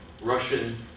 Russian